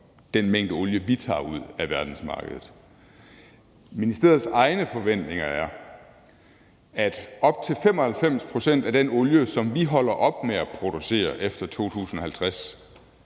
den mængde olie, vi tager ud af verdensmarkedet. Ministeriets egne forventninger er, at op til 95 pct. af den olie, som vi holder op med at producere efter 2050,